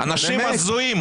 אנשים הזויים.